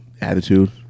Attitude